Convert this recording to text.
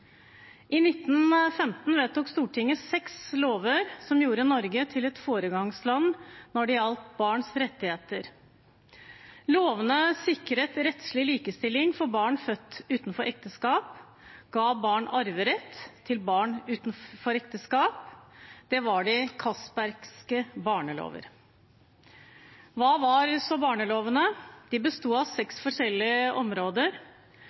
I 1915 vedtok Stortinget seks lover som gjorde Norge til et foregangsland når det gjaldt barns rettigheter. Lovene sikret rettslig likestilling for barn født utenfor ekteskap og ga arverett til barn utenfor ekteskap. Det var de Castbergske barnelover. Hva var så barnelovene? De besto av seks forskjellige områder.